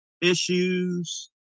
issues